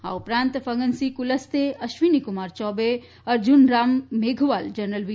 આ ઉપરાંત ફગનસિંફ કુલસ્તે અશ્વિની કુમાર ચૌબે અર્જન રામ મેઘવાલ જનરલ વી